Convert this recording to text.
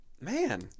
Man